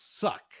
suck